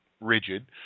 rigid